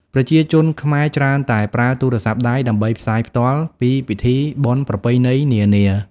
ប្រជាជនខ្មែរច្រើនតែប្រើទូរស័ព្ទដៃដើម្បីផ្សាយផ្ទាល់ ពីពិធីបុណ្យប្រពៃណីនានា។